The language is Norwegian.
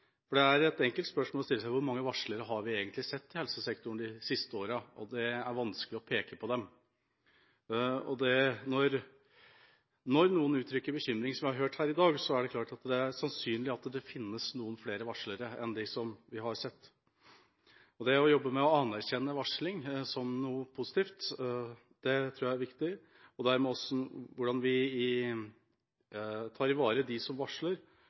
For det er et enkelt spørsmål å stille seg: Hvor mange varslere har vi egentlig sett i helsesektoren de siste åra? Det er vanskelig å peke på dem. Når noen uttrykker bekymring, som vi har hørt her i dag, er det klart at det er sannsynlig at det finnes noen flere varslere enn dem som vi har sett. Det å jobbe med å anerkjenne varsling som noe positivt tror jeg er viktig, og dermed hvordan vi tar i vare dem som varsler,